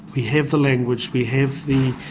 we have the language, we have the